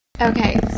Okay